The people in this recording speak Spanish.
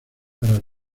para